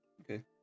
Okay